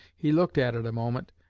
he looked at it a moment,